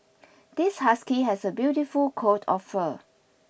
this husky has a beautiful coat of fur